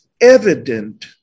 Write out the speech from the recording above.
evident